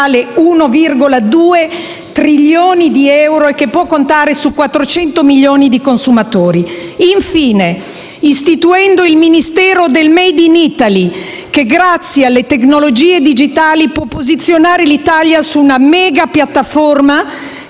1,2 trilioni di euro e che può contare su 400 milioni di consumatori. Infine, istituendo il Ministero del *made in Italy* che, grazie alle tecnologie digitali, può posizionare l'Italia su una mega piattaforma